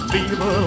Fever